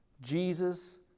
Jesus